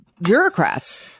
bureaucrats